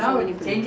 mmhmm